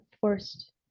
forced